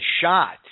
shot